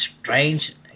strange